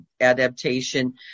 adaptation